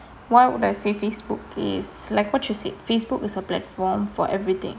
why would I say facebook is like what you said facebook is a platform for everything